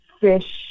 fish